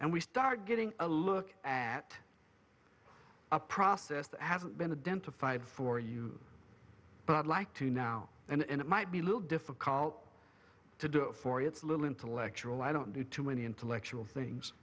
and we start getting a look at a process that has been a dent of five for you but i'd like to now and it might be a little difficult to do for you it's a little intellectual i don't do too many intellectual things